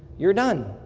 you're done.